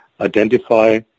identify